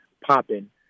popping